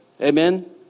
Amen